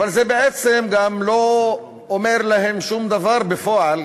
וזה בעצם גם לא אומר להם שום דבר בפועל